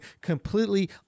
completely